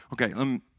Okay